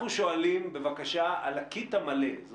חשוב לי לדייק מול הוועדה: אנחנו הקצנו את